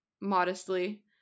modestly